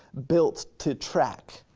built to track?